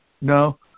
No